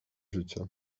życie